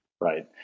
Right